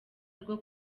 rwo